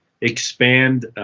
expand